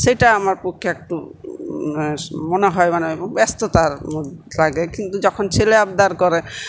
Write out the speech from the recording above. সেটা আমার পক্ষে একটু মনে হয় মানে ব্যস্ততার লাগে কিন্তু যখন ছেলে আবদার করে